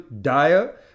dire